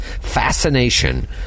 fascination